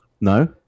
No